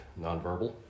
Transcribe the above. nonverbal